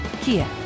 Kia